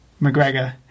McGregor